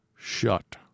shut